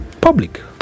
public